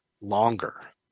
longer